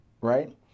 right